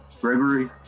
Gregory